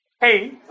hey